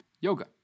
yoga